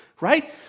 right